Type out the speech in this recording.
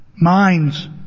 Minds